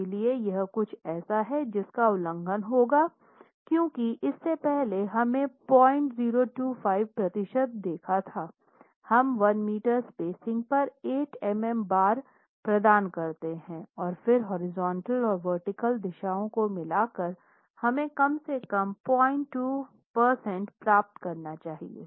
इसलिए यह कुछ ऐसा है जिसका उल्लंघन होगा क्योंकि इससे पहले हमने 0025 प्रतिशत देखा था हम 1 मीटर स्पेसिंग पर 8 मिमी बार प्रदान करते हैं और फिर हॉरिजॉन्टल और वर्टीकल दिशाओं को मिलाकर हमें कम से कम 02 प्रतिशत प्राप्त करना चाहिए